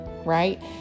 right